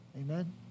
Amen